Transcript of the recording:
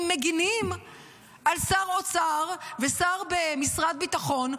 מגינים על שר אוצר ושר במשרד הביטחון,